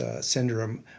syndrome